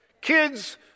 Kids